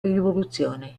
rivoluzione